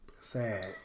Sad